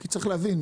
כי צריך להבין,